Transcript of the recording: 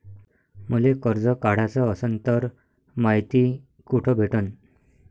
मले कर्ज काढाच असनं तर मायती कुठ भेटनं?